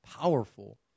Powerful